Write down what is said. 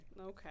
Okay